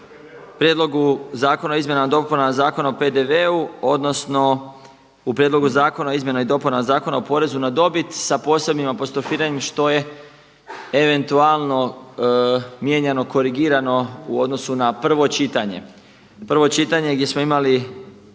u prijedlogu Zakona o izmjenama i dopunama Zakona o porezu na dobit sa posebnim apostrofiranjem što je eventualno mijenjano, korigirano u odnosu na prvo čitanje. Prvo čitanje gdje smo imali